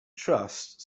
trust